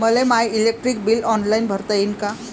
मले माय electric bill online भरता येईन का?